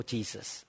Jesus